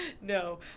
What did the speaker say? No